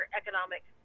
economic